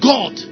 God